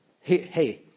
hey